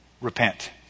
repent